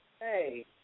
Hey